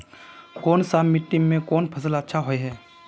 कोन सा मिट्टी में कोन फसल अच्छा होय है?